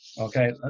Okay